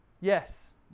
Yes